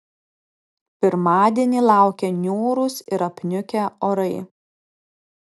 pirmadienį laukia niūrūs ir apniukę orai